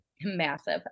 Massive